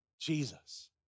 Jesus